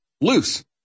loose